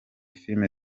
filime